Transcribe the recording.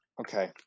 Okay